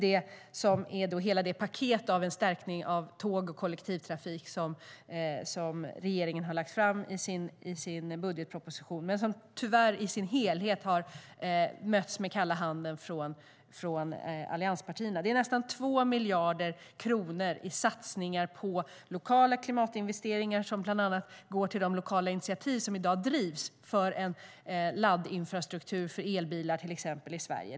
Det ingår i det paket för stärkning av tåg och kollektivtrafik som regeringen lade fram i sin budgetproposition, men som i sin helhet tyvärr möttes av kalla handen från allianspartierna. Det handlar om nästan 2 miljarder kronor i satsningar på klimatinvesteringar i de lokala initiativ som drivs för till exempel en laddinfrastruktur för elbilar i Sverige.